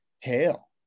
tail